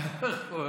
אתה לא יכול.